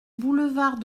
boulevard